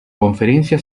conferencia